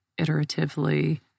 iteratively